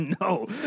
no